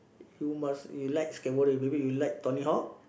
you must you like skateboarding maybe you like Tony-Hawk